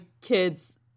kids